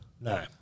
No